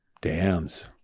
dams